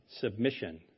submission